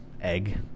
egg